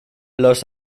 los